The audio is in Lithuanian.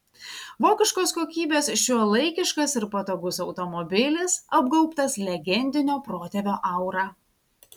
vokiškos kokybės šiuolaikiškas ir patogus automobilis apgaubtas legendinio protėvio aura